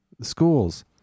Schools